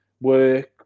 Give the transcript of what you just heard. work